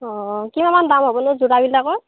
অ' কিমানমান দাম হ'বনো যোৰাবিলাকত